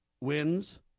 wins